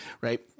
Right